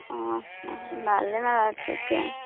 ଓ ହଃ ନାଲିମାରା ଛକି